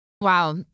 Wow